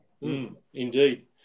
Indeed